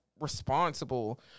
responsible